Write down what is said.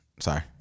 Sorry